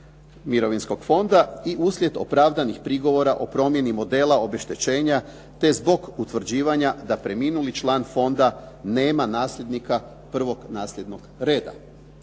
Mirovinskog fonda i uslijed opravdanih prigovora o promjeni modela obeštećenja te zbog utvrđivanja da preminuli član fonda nema nasljednika prvog nasljednog reda.